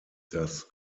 das